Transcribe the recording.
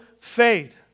fade